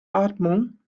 atmung